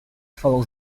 follows